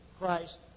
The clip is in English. Christ